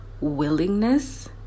willingness